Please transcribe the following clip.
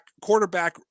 quarterback